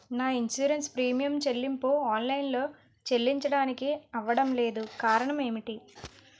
నా insurance premium చెల్లింపు online లో చెల్లించడానికి అవ్వడం లేదు కారణం ఏమిటి?